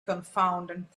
confounded